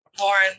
Lauren